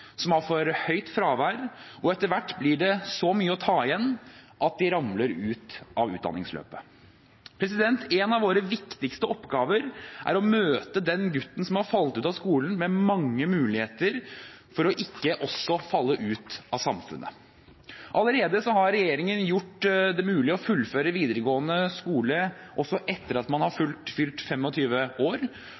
som har for høyt fravær, og etter hvert blir det så mye å ta igjen at de ramler ut av utdanningsløpet. En av våre viktigste oppgaver er å møte den gutten som har falt ut av skolen med mange muligheter, for at han ikke også skal falle ut av samfunnet. Allerede har regjeringen gjort det mulig å fullføre videregående skole også etter at man har fylt 25 år,